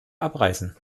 abreißen